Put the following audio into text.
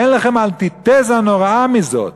אין לכם אנטיתזה נוראה מזאת,